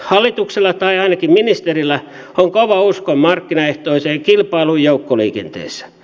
hallituksella tai ainakin ministerillä on kova usko markkinaehtoiseen kilpailuun joukkoliikenteessä